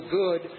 good